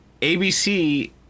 ABC